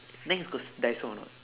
nex got daiso or not